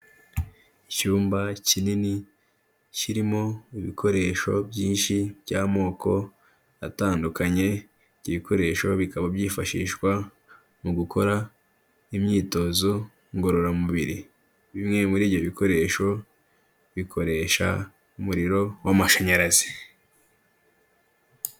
Icyumba kinini, kirimo ibikoresho byinshi by'amoko atandukanye, ibyo bikoresho bikaba byifashishwa mu gukora imyitozo ngororamubiri. Bimwe muri ibyo bikoresho, bikoresha umuriro w'amashanyarazi.